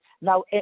now